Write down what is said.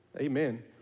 Amen